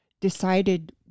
decided